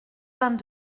vingt